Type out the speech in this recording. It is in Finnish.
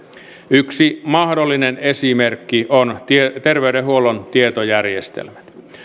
yksi mahdollinen esimerkki on terveydenhuollon tietojärjestelmät